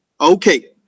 Okay